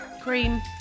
cream